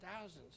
thousands